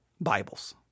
Bibles